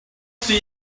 see